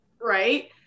right